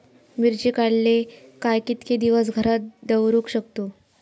मिर्ची काडले काय कीतके दिवस घरात दवरुक शकतू?